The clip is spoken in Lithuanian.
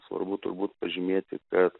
svarbu turbūt pažymėti kad